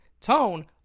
Tone